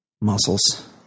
muscles